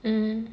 mmhmm